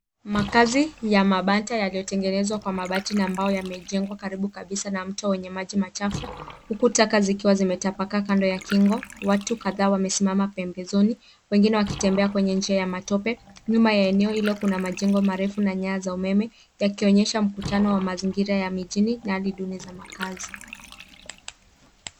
Makazi ya mabanta yaliyotengenezwa kwa mabati na mbao yamejengwa karibu kabisa na mto wenye maji huku taka zikiwa zimetapaka kando ya kingo. Watu kadhaa wamesimama pembezoni, wengine wakitembea kwenye njia ya matope. Nyuma ya eneo hilo kuna majengo marefu na nyaya za umeme yakionyesha mkutano wa mazingira ya mjini na hali duni za makazi.